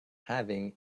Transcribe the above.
having